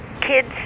kids